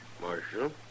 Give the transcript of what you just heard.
Marshal